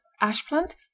ashplant